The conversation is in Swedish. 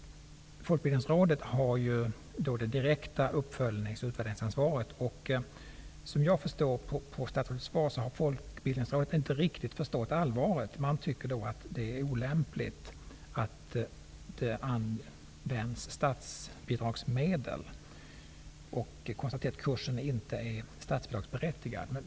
Folkbildningsrådet har ju det direkta uppföljnings och utvärderingsansvaret. Såvitt jag förstår av statsrådets svar har Folkbildningsrådet inte riktigt förstått allvaret. Man tycker att det är olämpligt att det används statsbidragsmedel för denna utbildning. Vidare konstaterar man att kurserna inte är statsbidragsberättigade.